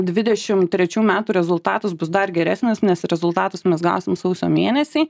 dvidešimt trečių metų rezultatas bus dar geresnis nes rezultatus mes gausim sausio mėnesį